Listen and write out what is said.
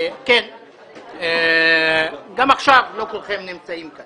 גם עכשיו לא כולכם נמצאים כאן.